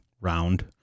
round